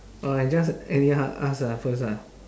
or I just anyhow ask ah first ah